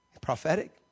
Prophetic